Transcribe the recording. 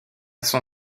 son